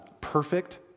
Perfect